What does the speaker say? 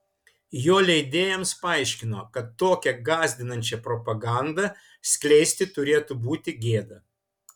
jo leidėjams paaiškino kad tokią gąsdinančią propagandą skleisti turėtų būti gėda